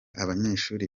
abanyeshuri